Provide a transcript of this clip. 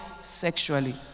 sexually